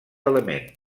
element